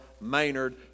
Maynard